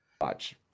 watch